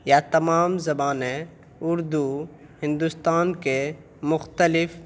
یہ تمام زبانیں اردو ہندوستان کے مختلف